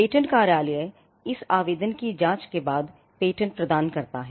patent कार्यालय इस आवेदन की जांच के बाद पेटेंट प्रदान करता है